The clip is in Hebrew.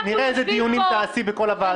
נראה איזה דיונים תעשי בכל הוועדות שיקומו.